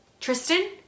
Tristan